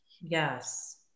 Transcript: Yes